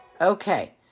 Okay